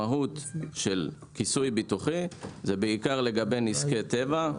המהות של כיסוי ביטוחי זה בעיקר לגבי נזקי טבע.